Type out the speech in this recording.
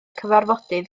cyfarfodydd